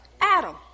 Adam